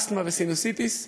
אסתמה וסינוסיטיס.